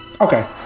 Okay